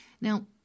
Now